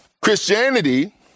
Christianity